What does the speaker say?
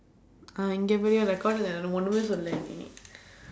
ah இங்கே பேசு:ingkee peesu courtlae ஒன்னுமே சொல்லலே நீ:onnumee sollalee nii